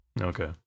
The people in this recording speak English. okay